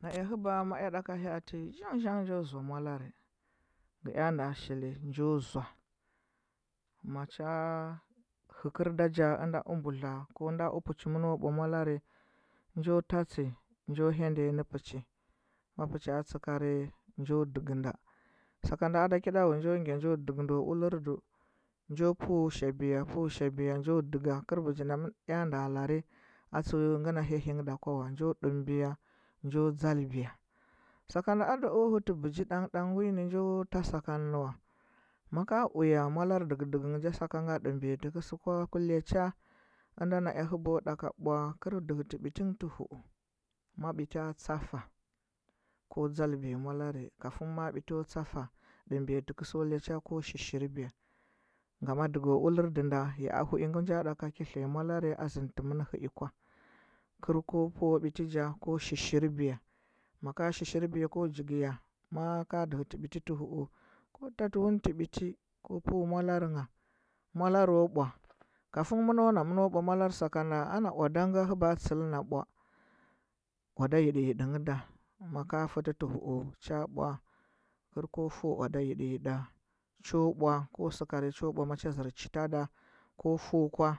Na ea hɚba ma ea ɗaka hyaati zangh zangh njo zoa molarɚ ngɚ nan da shili njo zoa ma cha hɚ fuɚ da ja inda a mbudla ndara upuchi mɚno bwa molarɚ no tatsi njo hyada nyi nɚ pechi ma pichi tsikary njo dɚkida saka nda ada ti kida wa njo gya njo dekida o ulirdu njo peu shabiya peu shabi ya njo dega kɚl begi nda nja nda lare a tseu hyahɚ da kwa wa njo ɗembiya njo o zalbiya saka nda ado hɚtɚ bɚgi ɗangh ɗangh wi ne njo ta sakam nɚ maka uya molarɚ dege dege nyi ɗembiya li kɚ sɚ kwa onda na ta hɚba ɗaka bwa kɚl jikiti biti ngɚ tɚ huu ma biti tsafa ko dzal biya mdarɚ kafin maa bifi tsafa ɗɚmbiya tɚkɚ sɚu lya cha ko shishirbiya ngama ɗega wurdu nda ya alavi ngɚ nja ɗaka ki hiya molare a zendti mɚn bɚi kwa kɚr ko fu wa biti nja ko shirshirbiya maka shishirbiya ko nji giya ma’a ka jigitɚ biti ti huu ko tatsi wami tɚ biti ko pɚu molare ngha molare ɓwa kafin mɚno na mɚno bwa molare in sakanda ana owada nge hɚba tsil na bwa owoda nɗi yiɗi ngɚ da maka fetɚ tɚ huu cha bwa kɚr ko feu owa da yiɗi yiɗi ngɚ da maka fetɚ tɚ huu cha bwa kɚr ko feu owado yiɗi yiɗɚ cha bwa ko sɚkarɚ macha gɚr chita da ko feu kwa